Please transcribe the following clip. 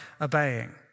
obeying